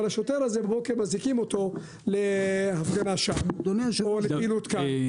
אבל השוטר הזה בבוקר מזעיקים אותו להפגנה שם או לפעילות כאן.